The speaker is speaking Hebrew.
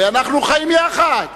ואנחנו חיים יחד.